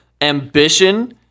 Ambition